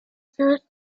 sus